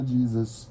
Jesus